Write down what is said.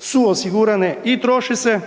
su osigurane i troše se,